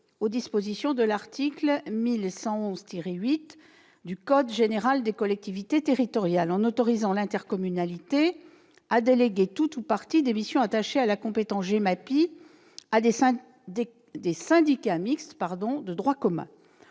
aux dispositions de l'article L. 1111-8 du code général des collectivités territoriales, en autorisant l'intercommunalité à déléguer tout ou partie des missions attachées à la compétence GEMAPI à des syndicats mixtes de droit commun.